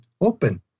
Open